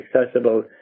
accessible